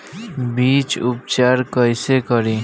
बीज उपचार कईसे करी?